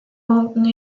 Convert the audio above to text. mountain